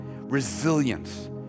resilience